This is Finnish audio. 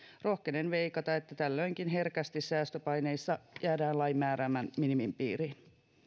rohkenen veikata että tällöinkin herkästi säästöpaineissa jäädään lain määräämän minimin piiriin